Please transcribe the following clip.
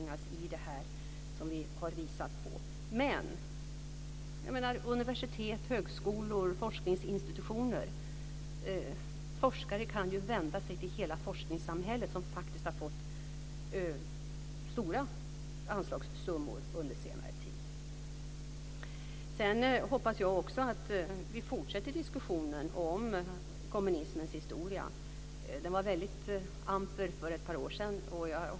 Forskare kan vända sig till hela forskningssamhället. Universitet, högskolor och forskningsinstitutioner har faktiskt fått stora anslagssummor under senare tid. Jag hoppas att vi fortsätter diskussionen om kommunismens historia. Den var amper för ett par år sedan.